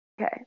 Okay